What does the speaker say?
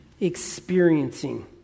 experiencing